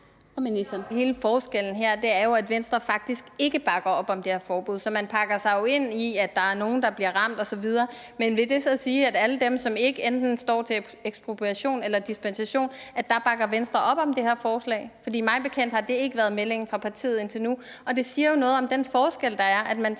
Hele forskellen her er jo, at Venstre faktisk ikke bakker op om det her forbud. Og så pakker man sig ind i, at der er nogle, der bliver ramt osv. Men vil det så sige, at Venstre, når det drejer sig om alle dem, som enten ikke står til ekspropriation eller dispensation, bakker op om det her forslag? For mig bekendt har det ikke været meldingen fra partiet indtil nu, og det siger jo noget om den forskel, der er: Man taler